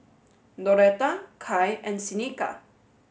Doretta Kai and Seneca